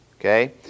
Okay